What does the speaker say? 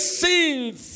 sins